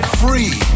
free